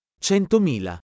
Centomila